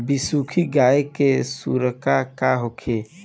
बिसुखी गाय के खुराक का होखे?